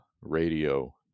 radio